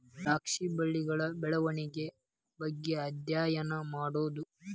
ದ್ರಾಕ್ಷಿ ಬಳ್ಳಿಗಳ ಬೆಳೆವಣಿಗೆಗಳ ಬಗ್ಗೆ ಅದ್ಯಯನಾ ಮಾಡುದು